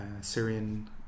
Syrian